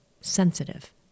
sensitive